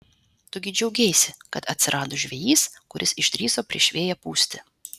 tu gi džiaugeisi kad atsirado žvejys kuris išdrįso prieš vėją pūsti